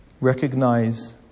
Recognize